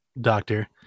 doctor